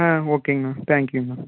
ஆ ஓகேங்கண்ணா தேங்க்யூங்கண்ணா